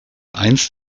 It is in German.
einst